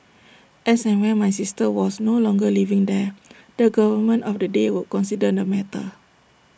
as and when my sister was no longer living there the government of the day would consider the matter